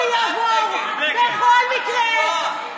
אני, החוק שלי יעבור בכל מקרה.